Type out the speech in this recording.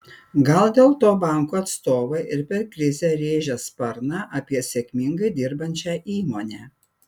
gal dėl to bankų atstovai ir per krizę rėžia sparną apie sėkmingai dirbančią įmonę